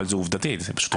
זה עובדתית, זאת פשוט עובדה.